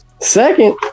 Second